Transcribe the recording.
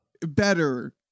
Better